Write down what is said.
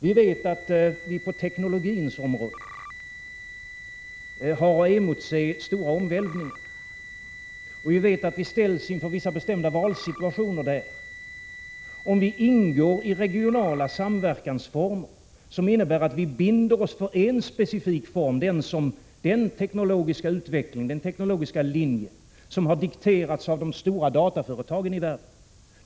Vi vet att vi på teknologins område har att emotse stora omvälvningar. Vi las inför vissa bestämda valsituationer om vi vet också att vi kommer att ingår i regionala samverkansformer som innebär att vi binder oss för en specifik form — den teknologiska utveckling, den teknologiska linje som har dikterats av de stora dataföretagen i världen.